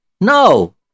No